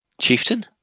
Chieftain